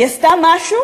היא עשתה משהו